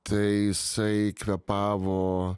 tai jisai kvėpavo